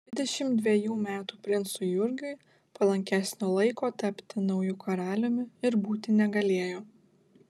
dvidešimt dvejų metų princui jurgiui palankesnio laiko tapti nauju karaliumi ir būti negalėjo